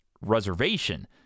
reservation